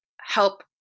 help